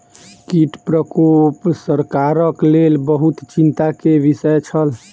कीट प्रकोप सरकारक लेल बहुत चिंता के विषय छल